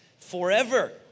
forever